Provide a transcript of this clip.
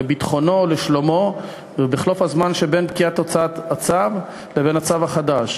לביטחונו או לשלומו בחלוף הזמן שבין פקיעת הוצאת הצו לבין הצו החדש.